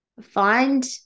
Find